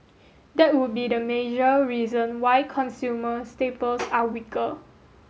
that would be the major reason why consumer staples are weaker